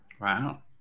Wow